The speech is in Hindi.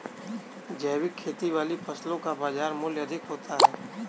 जैविक खेती वाली फसलों का बाजार मूल्य अधिक होता है